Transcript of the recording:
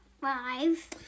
five